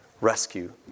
Rescue